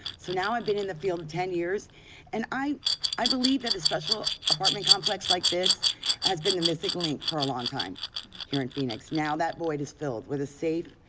so now i've been in the field ten years and i i believe that a special apartment complex like this has been the missing link for a long time here in phoenix. now, that void is filled with a safe,